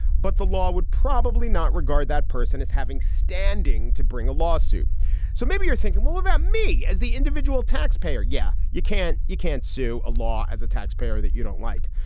but the law would probably not regard that person as having standing to bring a lawsuit so maybe you're thinking more about me as the individual taxpayer? yeah. you can't you can't sue a law as a taxpayer that you don't like.